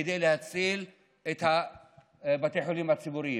כדי להציל את בתי החולים הציבוריים.